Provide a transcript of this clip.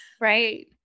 Right